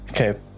Okay